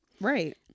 Right